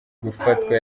gufatwa